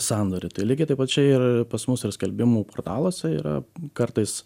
sandorį tai lygiai taip pat čia ir pas mus ir skelbimų portaluose yra kartais